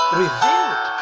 revealed